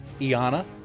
Iana